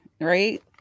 right